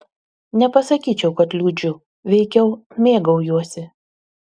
nepasakyčiau kad liūdžiu veikiau mėgaujuosi